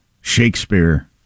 Shakespeare